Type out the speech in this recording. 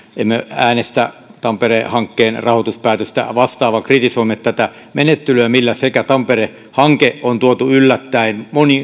äänestä tampere hankkeen rahoituspäätöstä vastaan vaan kritisoimme tätä menettelyä millä tampere hanke on tuotu yllättäin